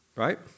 Right